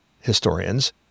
historians